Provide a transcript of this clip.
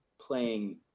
playing